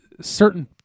certain